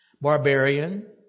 barbarian